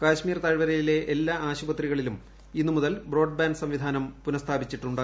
കശ്മീർ താഴ്വരയിലെ എല്ലാ ആശുപത്രികളിലും ഇന്ന് മുതൽ ബ്രോഡ്ബാൻഡ് സംവിധാനം പുനസ്ഥാപിച്ചിട്ടുണ്ട്